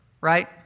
right